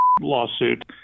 lawsuit